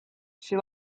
she